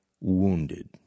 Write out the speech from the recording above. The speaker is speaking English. wounded